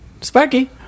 Sparky